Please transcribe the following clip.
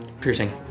Piercing